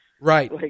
Right